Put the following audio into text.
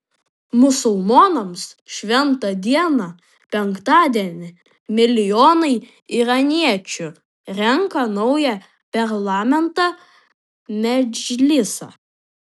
musulmonams šventą dieną penktadienį milijonai iraniečių renka naują parlamentą medžlisą